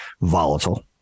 volatile